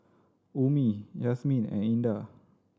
Ummi Yasmin and Indah